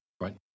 Right